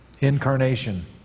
Incarnation